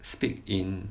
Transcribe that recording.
speak in